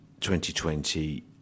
2020